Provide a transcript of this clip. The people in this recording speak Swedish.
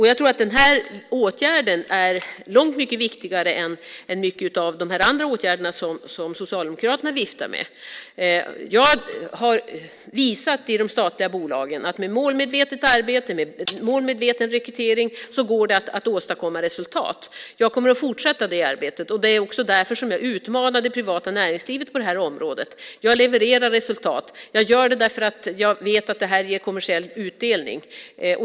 Jag tror att den här åtgärden är långt mycket viktigare än många av de andra åtgärder som Socialdemokraterna viftar med. Jag har i de statliga bolagen visat att med målmedvetet arbete och målmedveten rekrytering går det att åstadkomma resultat. Jag kommer att fortsätta det arbetet. Det är också därför som jag utmanar det privata näringslivet på det här området. Jag levererar resultat. Jag gör det för att jag vet att det ger kommersiell utdelning.